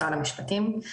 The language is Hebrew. משרד המשפטים.